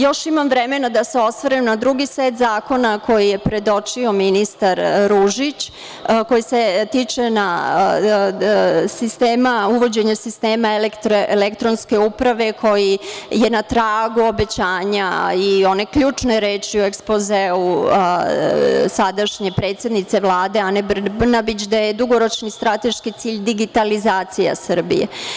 Još imam vremena da se osvrnem na drugi set zakona koji je predočio ministar Ružić, koji se tiče uvođenja sistema elektronske uprave, koji je na tragu obećanja i one ključne reči u ekspozeu sadašnje predsednice Vlade, Ane Brnabić, da je dugoročni strateški cilj digitalizacija Srbije.